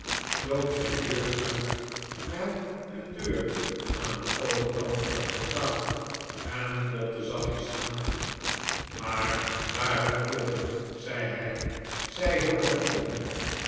sloop zijn deur uit naar een deur aan den overkant van het portaal en klopte zachtjes aan maar waarom kloppen zei hij zij hoort het toch niet